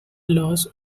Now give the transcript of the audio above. loss